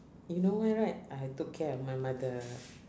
you know why right I took care of my mother